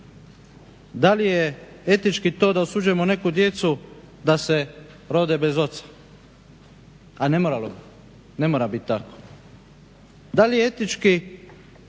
da li je etički to da osuđujemo neku djecu da se rode bez oca, a ne mora bit tako. Da li je etički